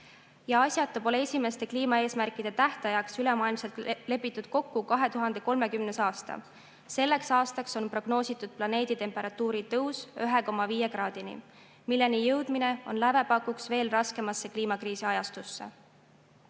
Asjata pole esimeste kliimaeesmärkide tähtajaks ülemaailmselt lepitud kokku 2030. aasta. Selleks aastaks on prognoositud planeedi temperatuuri tõus 1,5 kraadini, milleni jõudmine on lävepakuks veel raskemasse kliimakriisi ajastusse.